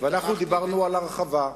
ואנחנו דיברנו על הרחבה,